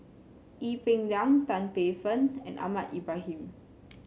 Ee Peng Liang Tan Paey Fern and Ahmad Ibrahim